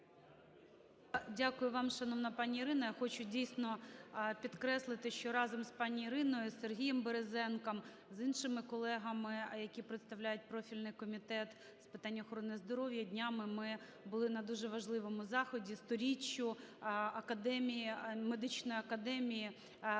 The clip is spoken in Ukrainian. Дякую вам, шановна пані, Ірина. Я хочу, дійсно, підкреслити, що разом з пані Іриною, Сергієм Березенком, з іншими колегами, які представляють профільний Комітет з питань охорони здоров'я, днями ми були на дуже важливому заході – 100-річчя медичної академії